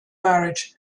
marriage